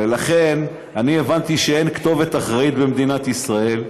ולכן, הבנתי שאין כתובת אחראית במדינת ישראל.